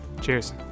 Cheers